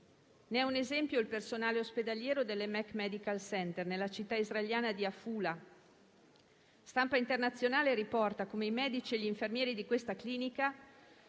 Ne è un esempio il personale ospedaliero dell'HaEmek Medical Center nella città israeliana di Afula. La stampa internazionale riporta infatti come i medici e gli infermieri di questa clinica,